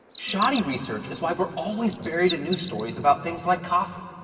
shoddy research is why we're always buried in news stories about things like coffee.